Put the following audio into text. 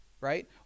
right